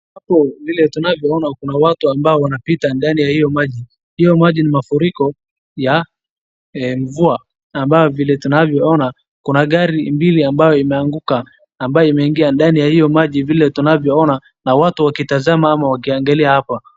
Kuna watu wanaopita ndani ya maji. Hiyo maji ni mafriko ya mvua. Kuna gari mbili ambayo imeanguka ambaye imeingia ndani ya hiyo maji na watu wakitazama.